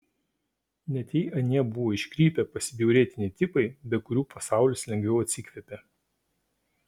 net jei anie buvo iškrypę pasibjaurėtini tipai be kurių pasaulis lengviau atsikvėpė